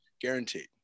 Guaranteed